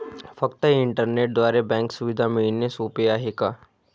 फक्त इंटरनेटद्वारे बँक सुविधा मिळणे सोपे आहे का?